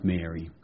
Mary